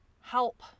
help